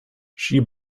she